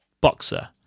Boxer